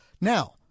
Now